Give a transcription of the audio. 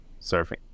surfing